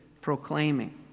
proclaiming